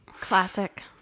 Classic